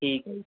ਠੀਕ ਹੈ ਜੀ